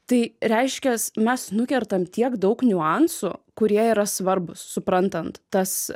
tai reiškias mes nukertam tiek daug niuansų kurie yra svarbūs suprantant tas